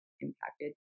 impacted